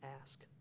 ask